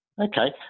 Okay